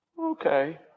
Okay